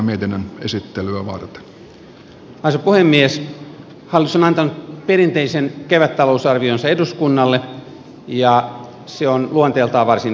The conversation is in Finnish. hallitus on antanut perinteisen kevättalousarvionsa eduskunnalle ja se on luonteeltaan varsin tekninen